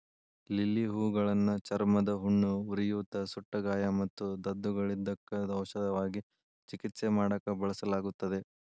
lily ಹೂಗಳನ್ನ ಚರ್ಮದ ಹುಣ್ಣು, ಉರಿಯೂತ, ಸುಟ್ಟಗಾಯ ಮತ್ತು ದದ್ದುಗಳಿದ್ದಕ್ಕ ಔಷಧವಾಗಿ ಚಿಕಿತ್ಸೆ ಮಾಡಾಕ ಬಳಸಲಾಗುತ್ತದೆ